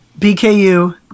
BKU